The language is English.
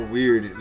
weird